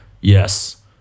Yes